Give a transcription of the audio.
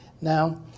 Now